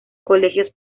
colegios